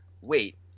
wait